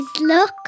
look